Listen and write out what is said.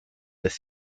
this